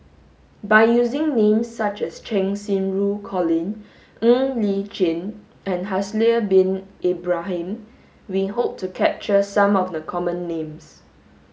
by using names such as Cheng Xinru Colin Ng Li Chin and Haslir bin Ibrahim we hope to capture some of the common names